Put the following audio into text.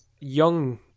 young